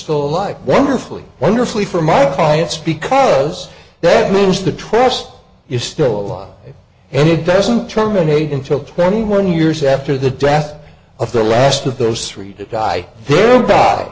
still alive wonderfully wonderfully for my clients because that means the trust is still alive and it doesn't terminate until twenty one years after the death of the last of those three to die their b